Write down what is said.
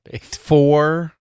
Four